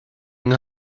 yng